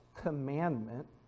commandment